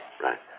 right